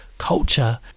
culture